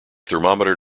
thermometer